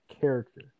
character